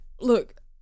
look